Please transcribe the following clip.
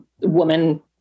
woman